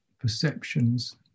perceptions